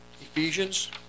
Ephesians